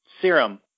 serum